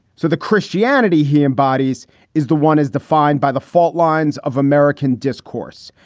so the christianity he embodies is the one is defined by the faultlines of american discourse.